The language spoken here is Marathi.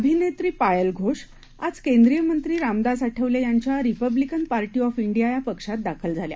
अभिनेत्री पायल घोष आज केंद्रीय मंत्री रामदास आठवले यांच्या रिपब्लिकन पार्टी ऑफ इंडीया या पक्षात दाखल झाल्या